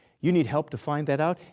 you need help to find that out,